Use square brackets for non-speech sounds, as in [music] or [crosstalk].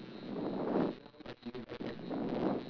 [breath]